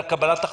בקבלת החלטות.